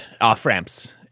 off-ramps